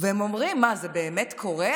והם אומרים: מה, זה באמת קורה?